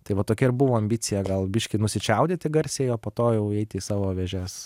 tai va tokia ir buvo ambicija gal biškį nusičiaudėti garsiai o po to jau eiti į savo vėžes